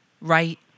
right